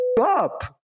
up